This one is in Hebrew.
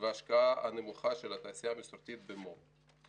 וההשקעה הנמוכה של תעשייה המסורתית במו"פ.